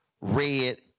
red